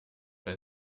bei